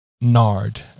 nard